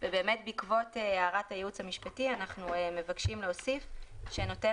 בעקבות הערת הייעוץ המשפטי אנחנו מבקשים להוסיף שנותן